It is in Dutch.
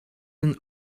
een